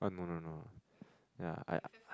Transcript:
uh no no no yeah I